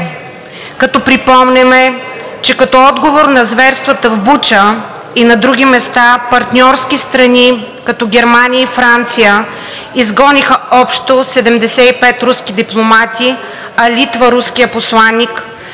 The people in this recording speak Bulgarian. като припомняме, че като отговор на зверствата в Буча и на други места партньорски страни, като Германия и Франция, изгониха общо 75 руски дипломати, а Литва – руския посланик,